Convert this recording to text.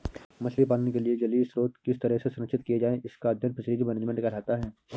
मछली पालन के लिए जलीय स्रोत किस तरह से संरक्षित किए जाएं इसका अध्ययन फिशरीज मैनेजमेंट कहलाता है